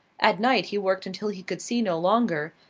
at night he worked until he could see no longer,